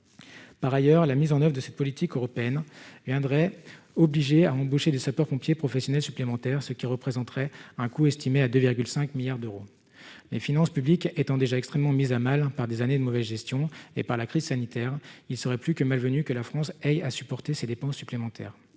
par ailleurs la mise en oeuvre et de cette politique européenne viendrait obliger à embaucher des sapeurs-pompiers professionnels supplémentaires, ce qui représenterait un coût estimé à 2 5 milliards d'euros, les finances publiques étant déjà extrêmement mise à mal par des années de mauvaise gestion et par la crise sanitaire, il serait plus que malvenu que la France ait à supporter ces dépenses supplémentaires,